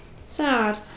Sad